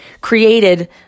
created